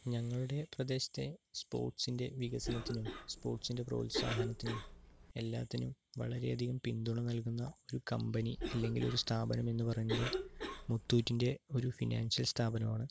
ഞങ്ങളുടെ പ്രദേശത്തെ സ്പോട്സിന്റെ വികസനത്തിനും സ്പോട്സിന്റെ പ്രോത്സാഹനത്തിനും എല്ലാത്തിനും വളരെ അധികം പിന്തുണ നൽകുന്ന ഒരു കമ്പനി അല്ലെങ്കിലൊരു സ്ഥാപനമെന്നു പറയുന്നത് മുത്തൂറ്റിന്റെ ഒരു ഫിനാൻഷ്യൽ സ്ഥാപനമാണ്